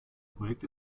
projekt